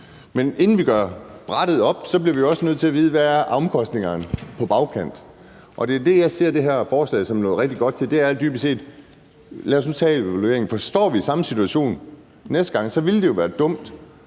Men inden vi gør regnebrættet op, bliver vi jo også nødt til at vide: Hvad er omkostningerne bagefter? Det er det, jeg ser det her forslag som noget rigtig godt til. Det er dybest set: Lad os nu tage evalueringen. For står vi i samme situation næste gang, ville det jo være dumt